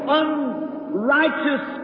unrighteous